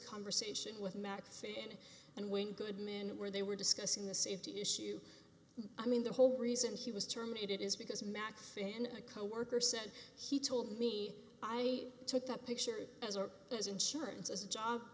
conversation with maxine and when good men where they were discussing the safety issue i mean the whole reason she was termed it is because max and a coworker said he told me i took that picture as far as insurance as a job